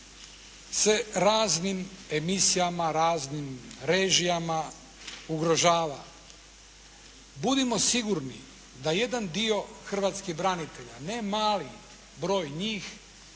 se raznim emisijama, raznim režijama ugrožava. Budimo sigurni da jedan dio hrvatskih branitelja, ne mali broj njih,